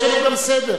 יש לנו גם סדר.